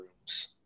rooms